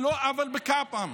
על לא עוול בכפם,